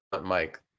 Mike